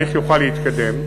התהליך יוכל להתקדם,